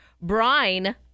Brine